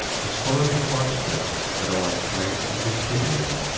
just follow the five steps that i'll explain in this video.